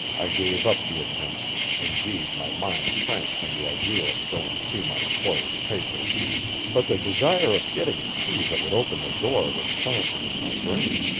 i gave up the attempt indeed, my mind shrank from the idea of going through my employer's papers but the desire of getting a key that would open the door was planted in my brain.